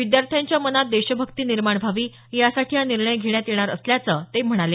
विद्यार्थ्यांच्या मनात देशभक्ती निर्माण व्हावी यासाठी हा निर्णय घेण्यात येणार असल्याचं ते म्हणाले